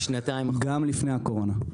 גם לפני הקורונה.